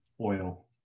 Oil